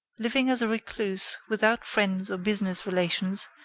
living as a recluse, without friends or business relations,